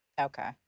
Okay